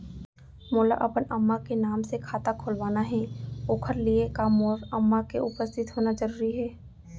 मोला अपन अम्मा के नाम से खाता खोलवाना हे ओखर लिए का मोर अम्मा के उपस्थित होना जरूरी हे?